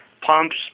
pumps